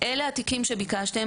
כאשר האינטרסים של הגורמים המפקידים,